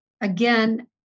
Again